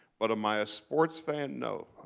but am i a sports fan? no.